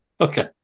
Okay